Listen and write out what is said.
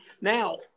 Now